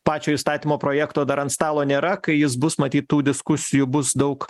pačio įstatymo projekto dar ant stalo nėra kai jis bus matyt tų diskusijų bus daug